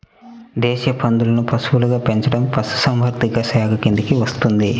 దేశీయ పందులను పశువులుగా పెంచడం పశుసంవర్ధక శాఖ కిందికి వస్తుంది